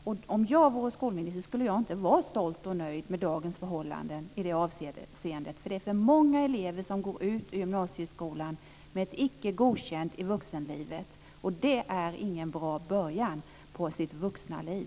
Och om jag vore skolminister skulle jag inte vara stolt över och nöjd med dagens förhållanden i det avseendet, eftersom det är för många elever som går ut ur gymnasieskolan och in i vuxenlivet med icke godkända betyg. Och det är ingen bra början på deras vuxna liv.